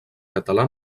català